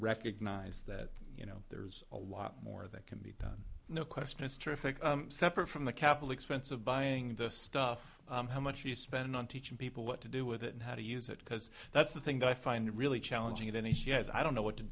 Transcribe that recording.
recognize that you know there's a lot more that can be done no question it's terrific separate from the capital expense of buying the stuff how much you spend on teaching people what to do with it and how to use it because that's the thing that i find really challenging then he she has i don't know what